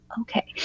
okay